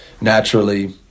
naturally